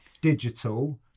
digital